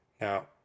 Now